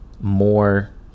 more